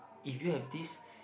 if you have this